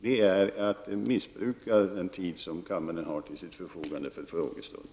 Det vore att missbruka den tid som kammaren har till sitt förfogande när det gäller frågestunden.